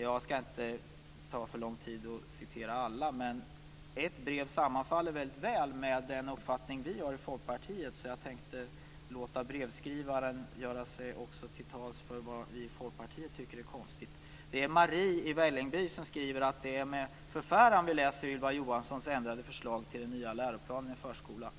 Det skulle ta för lång tid att läsa upp alla, men det är ett brev som sammanfaller väldigt väl med den uppfattning som vi har i Folkpartiet, så jag tänkte låta brevskrivaren göra sig till talesman för det som vi i Folkpartiet tycker är konstigt. Det är Marie i Vällingby som skriver så här: "Det är med förfäran som vi läser Ylva Johanssons ändrade förslag till den nya läroplanen i förskolan.